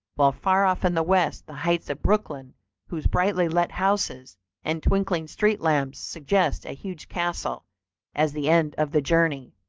while far off in the west the heights of brookline whose brightly lit houses and twinkling street lamps suggest a huge castle as the end of the journey.